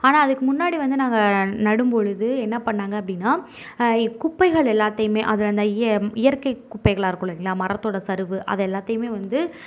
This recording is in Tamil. ஆனால் அதுக்கு முன்னாடி வந்து நாங்கள் நடும்பொழுது என்ன பண்ணாங்க அப்படின்னா இ குப்பைகள் எல்லாத்தையுமே அதை இந்த இய இயற்கை குப்பைகளாக இருக்குல்லைங்களா மரத்தோட சருவு அதை எல்லாத்தையுமே வந்து